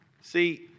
See